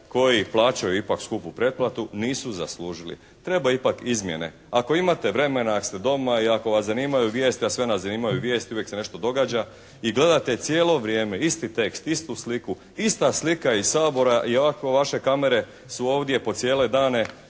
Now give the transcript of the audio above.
koji plaćaju ipak skupu pretplatu nisu zaslužili. Treba ipak izmjene. Ako imate vremena, ako ste doma i ako vas zanimaju vijesti, a sve nas zanimaju vijesti. Uvijek se nešto događa. I gledate cijelo vrijeme isti tekst, istu sliku. Ista slika iz Sabora iako vaše kamere su ovdje po cijele dane